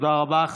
תודה רבה.